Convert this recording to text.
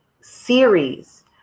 series